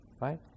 right